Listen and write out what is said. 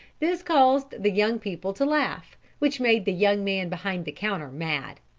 this caused the young people to laugh, which made the young man behind the counter mad.